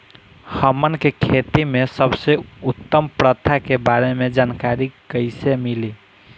हमन के खेती में सबसे उत्तम प्रथा के बारे में जानकारी कैसे मिली?